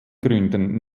gründen